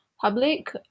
public